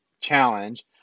Challenge